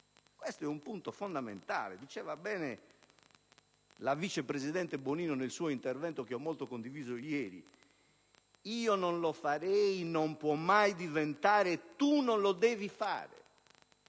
tratta di un punto fondamentale. Diceva bene la vice presidente Bonino nel suo intervento di ieri, che ho molto condiviso: «io non lo farei» non può mai diventare «tu non lo devi fare».